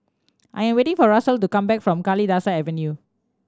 I am waiting for Russel to come back from Kalidasa Avenue